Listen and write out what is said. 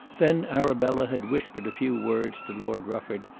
then arabella had whispered a few words to lord rufford,